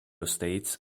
states